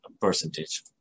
percentage